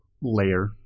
layer